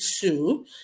two